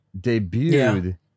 debuted